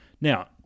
Now